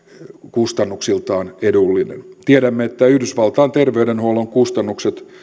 kustannuksiltaan edullinen tiedämme että yhdysvaltain terveydenhuollon kustannukset